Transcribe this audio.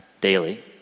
daily